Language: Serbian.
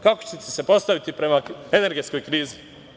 Kako ćete se postaviti prema energetskoj krizi?